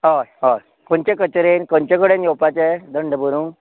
हय हय खंयचे कचेरेन खंयचे कडेन येवपाचें दंड भरूंक